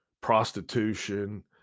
prostitution